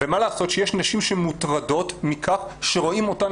ומה לעשות שיש נשים שמוטרדות מכך שרואים אותן